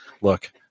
look